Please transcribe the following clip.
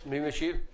מי משיב?